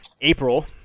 April